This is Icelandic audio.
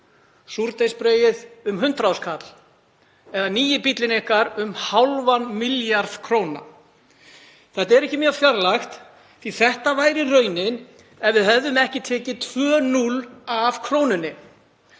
súrdeigsbrauðið um 100.000 kr. eða nýi bíllinn ykkar um hálfan milljarð króna. Þetta er ekki mjög fjarlægt því að það væri raunin ef við hefðum ekki tekið tvö núll af krónunni.